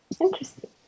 Interesting